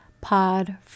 pod